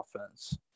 offense